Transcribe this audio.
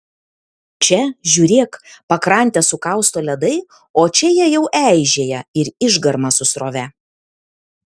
čia žiūrėk pakrantę sukausto ledai o čia jie jau eižėja ir išgarma su srove